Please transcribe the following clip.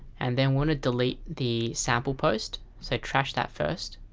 and then we're gonna delete the sample post so trash that first